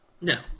No